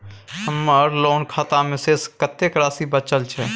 हमर लोन खाता मे शेस कत्ते राशि बचल छै?